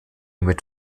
mit